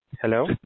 Hello